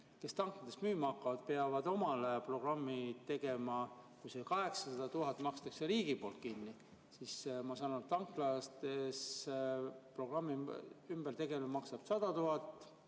kes tanklates müüma hakkavad, peavad omale programmi tegema. Kui see 800 000 makstakse riigi poolt kinni, siis ma saan aru, et tanklates programmi ümbertegemine maksab 100 000